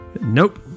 Nope